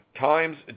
times